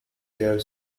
their